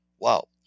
wow